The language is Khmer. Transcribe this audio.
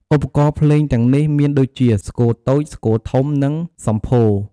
ឧបករណ៍ភ្លេងទាំងនេះមានដូចជា ស្គរតូច ស្គរធំ និងសំភោរ។